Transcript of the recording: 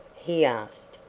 he asked.